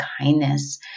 kindness